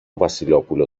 βασιλόπουλο